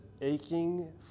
aching